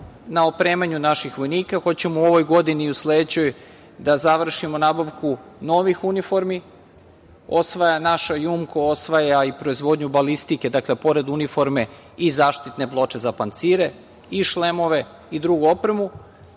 na opremanju naših vojnika. Hoćemo u ovoj godini i u sledećoj da završimo nabavku novih uniformi. Osvaja, naše „Jumko“ osvaja i proizvodnju balistike, dakle, pored uniforme i zaštitne ploče za pancire i šlemove i drugu opremu